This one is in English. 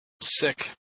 Sick